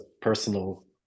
personal